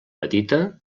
petita